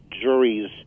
juries